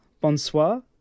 Bonsoir